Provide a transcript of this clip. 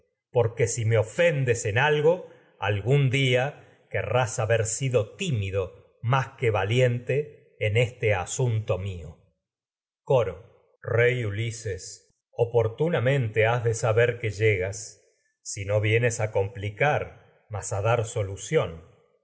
porque haber me ofendes más algo algún día querrás sido tímido que valiente en este asunto mío coro rey ulises oportunamente has llegas de saber que si no vienes a complicar mas a dar solución